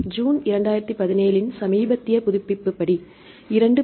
எனவே ஜூன் 2017 இன் சமீபத்திய புதுப்பிப்பு படி 2